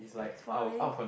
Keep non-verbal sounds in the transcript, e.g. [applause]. [noise] it's falling